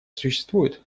существует